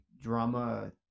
drama